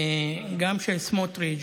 גם של סמוטריץ',